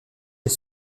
des